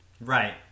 Right